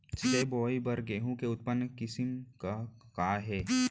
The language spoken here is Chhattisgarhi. सिंचित बोआई बर गेहूँ के उन्नत किसिम का का हे??